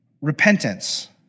repentance